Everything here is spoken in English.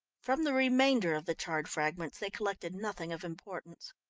from the remainder of the charred fragments they collected nothing of importance.